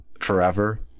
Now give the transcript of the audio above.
forever